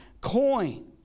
coin